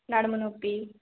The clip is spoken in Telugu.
నడుము నొప్పి